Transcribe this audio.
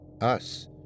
Us